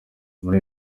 muri